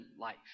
life